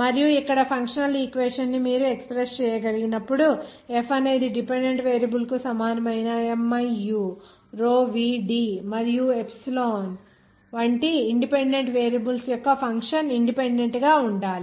మరియు ఇక్కడ functional equation ని మీరు ఎక్ష్ప్రెస్స్ చేయగలిగినప్పుడు ఆ F అనేది డిపెండెంట్ వేరియబుల్స్ కు సమానమైన miu row v d మరియు ఎప్సిలాన్ వంటి ఇన్ డిపెండెంట్ వేరియబుల్స్ యొక్క ఫంక్షన్ ఇండిపెండెంట్ గా ఉండాలి